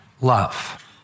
love